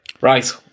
Right